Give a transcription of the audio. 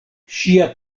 ŝia